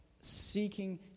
seeking